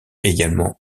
également